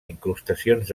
incrustacions